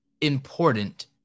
important